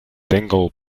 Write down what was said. dingle